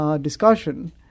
discussion